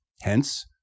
hence